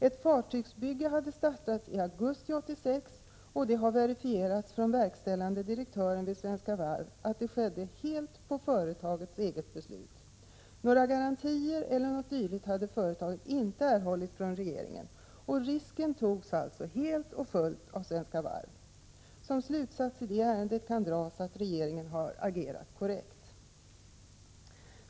Ett fartygsbygge hade startats i augusti 1986, och det har verifierats av verkställande direktören vid Svenska Varv att det skedde helt på företagets eget beslut. Några garantier eller någonting dylikt hade företaget inte erhållit från regeringen, och risken togs alltså helt och fullt av Svenska Varv. Den slutsats som kan dras i ärendet är att regeringen har agerat korrekt.